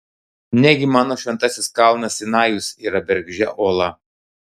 negi mano šventasis kalnas sinajus yra bergždžia uola